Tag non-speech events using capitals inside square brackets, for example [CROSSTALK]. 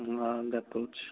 [UNINTELLIGIBLE] ଦେଖାଉଛି